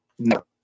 No